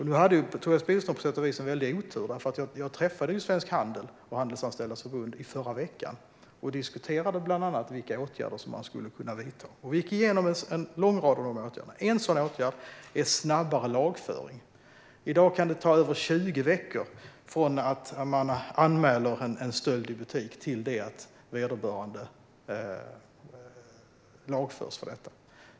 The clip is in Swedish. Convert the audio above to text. Nu hade Tobias Billström på sätt och vis en väldig otur, för i förra veckan träffade jag Svensk Handel och Handelsanställdas Förbund och diskuterade bland annat vilka åtgärder som man skulle kunna vidta. Vi gick igenom en lång rad åtgärder, och en sådan åtgärd är snabbare lagföring. I dag kan det ta över 20 veckor från att man anmäler en stöld i butik till att vederbörande lagförs för detta.